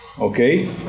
okay